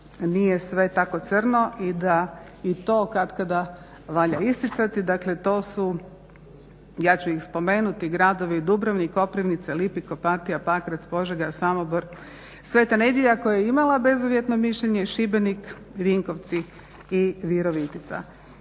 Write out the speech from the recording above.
nije sve tako crno i da i to katkada valja isticati, dakle to su, ja ću ih spomenuti, gradovi Dubrovnik, Koprivnica, Lipik, Opatija, Pakrac, Požega, Samobor, Sv. Nedjelja koja je imala bezuvjetno mišljenje, Šibenik, Vinkovci i Virovitica.